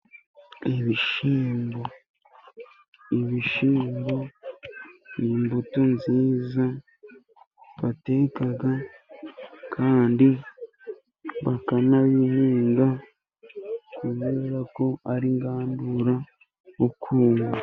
Ibishyimbo, ibishyimbo ni imbuto nziza bateka kandi bakanayihinga, kubera ko ari ingandurarugo.